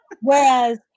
Whereas